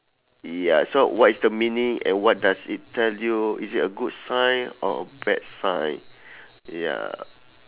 ya so what is the meaning and what does it tell you is it a good sign or a bad sign ya